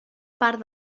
part